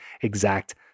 exact